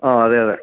ആ അതെ അതെ